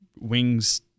Wings